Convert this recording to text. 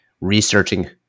researching